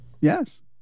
Yes